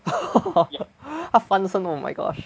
他翻车 oh my gosh